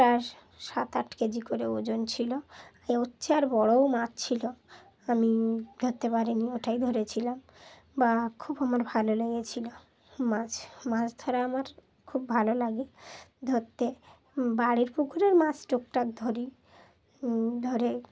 প্রায় সাত আট কেজি করে ওজন ছিল আর হচ্ছে আর বড়ও মাছ ছিল আমি ধরতে পারিনি ওটাই ধরেছিলাম বা খুব আমার ভালো লেগেছিলো মাছ মাছ ধরা আমার খুব ভালো লাগে ধরতে বাড়ির পুকুরের মাছ টুকটাক ধরি ধরে